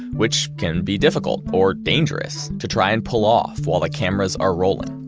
which can be difficult or dangerous to try and pull off while the cameras are rolling.